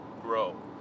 grow